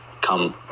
come